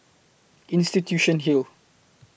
Institution Hill